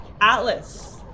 Atlas